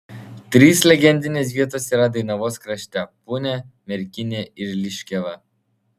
trys legendinės vietos yra dainavos krašte punia merkinė ir liškiava